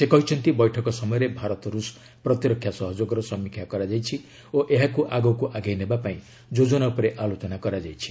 ସେ କହିଛନ୍ତି ବୈଠକ ସମୟରେ ଭାରତ ରୁଷ ପ୍ରତିରକ୍ଷା ସହଯୋଗର ସମୀକ୍ଷା କରାଯାଇଛି ଓ ଏହାକୁ ଆଗକୁ ଆଗେଇ ନେବା ପାଇଁ ଯୋଜନା ଉପରେ ଆଲୋଚନା କରାଯାଇଛି